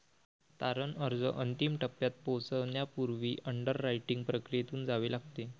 तारण अर्ज अंतिम टप्प्यात पोहोचण्यापूर्वी अंडररायटिंग प्रक्रियेतून जावे लागते